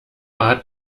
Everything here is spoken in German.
hat